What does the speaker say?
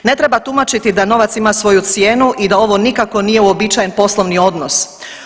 Ne treba tumačiti da novac ima svoju cijenu i da ovo nikako nije uobičajen poslovni odnos.